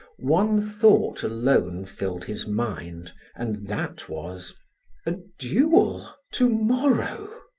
one thought alone filled his mind and that was a duel to-morrow!